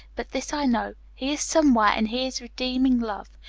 but this i know, he is somewhere and he is redeeming love.